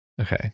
Okay